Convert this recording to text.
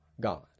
God